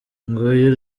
nguyu